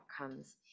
outcomes